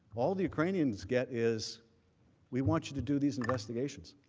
all the ukrainians get is we want you to do these investigations.